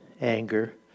anger